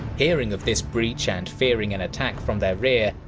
hearing of this breach and fearing an attack from their rear,